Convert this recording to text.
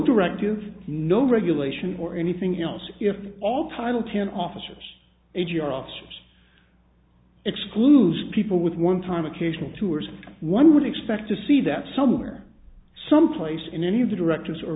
directive no regulation or anything else if all title ten officers a g r officers excludes people with one time occasional tours one would expect to see that somewhere someplace in any of the directors or